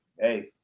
hey